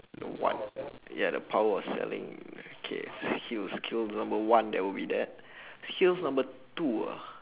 you know what ya the power of selling K skills skills number one that would be that skills number two ah